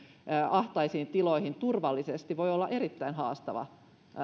ahtaisiin tiloihin turvallisesti voi olla erittäin haastavaa